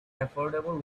affordable